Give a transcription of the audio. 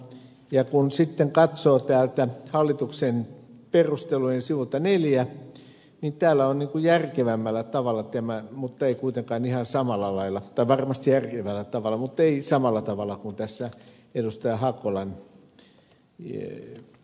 ja kun sitten katsoo täältä hallituksen perusteluiden sivulta neljä niin täällä on järkevämmällä tavalla tämä mutta ei kuitenkaan ihan samalla lailla varmasti järkevällä tavalla mutta ei samalla tavalla kuin tässä ed